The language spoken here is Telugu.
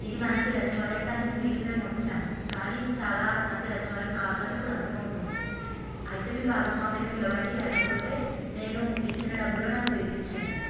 ఇది మంచి రెస్టారెంట్ అని విని మేము వచ్చాము కానీ ఇది చాలా మంచి రెస్టారెంట్ కాదు అని ఇప్పుడు అర్ధమౌతుంది అయితే మీ భాగస్వామిని పిలవండి లేకపోతే నేను ఇచ్చిన డబ్బులను నాకు తిరిగి ఇచ్చేయండి